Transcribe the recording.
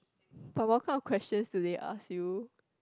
but what kind of questions do they ask you